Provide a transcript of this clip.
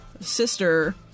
sister